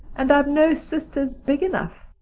and i've no sisters big enough.